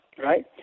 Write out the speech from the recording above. right